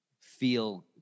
feel